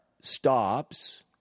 stops